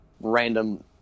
random